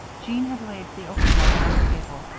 jean had laid the open letter on the table.